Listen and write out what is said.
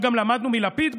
עכשיו גם למדנו מלפיד,